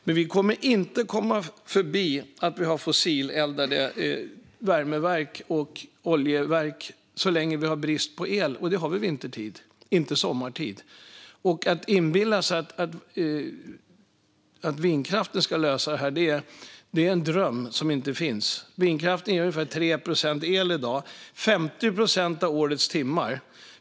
Men vi kommer inte att komma förbi att ha fossileldade värmeverk så länge vi har brist på el. Det har vi vintertid, inte sommartid. Att vindkraften ska lösa det här är en dröm som inte finns. Vindkraften ger i dag ungefär 3 procent av elen 50 procent av årets timmar.